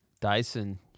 Dyson